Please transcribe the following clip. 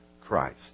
Christ